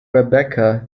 rebekah